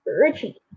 Richie